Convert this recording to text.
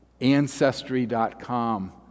ancestry.com